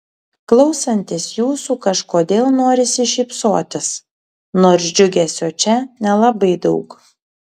klausantis jūsų kažkodėl norisi šypsotis nors džiugesio čia nelabai daug